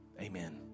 amen